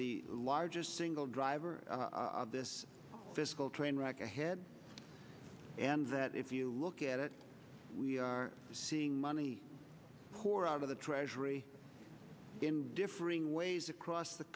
the largest single driver of this fiscal train wreck ahead and that if you look at it we are seeing money pour out of the treasury in differing ways across the